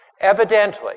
Evidently